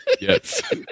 Yes